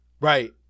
right